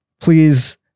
please